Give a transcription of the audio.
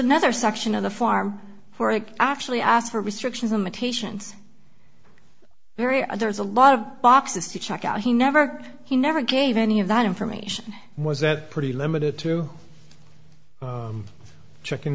another section of the farm where i actually ask for restrictions limitations period there's a lot of boxes to check out he never he never gave any of that information was that pretty limited to check in